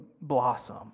blossom